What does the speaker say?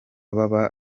baba